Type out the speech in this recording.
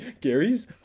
Gary's